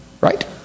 Right